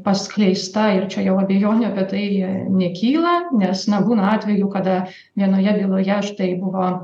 paskleista ir čia jau abejonių apie tai nekyla nes na būna atvejų kada vienoje byloje štai buvo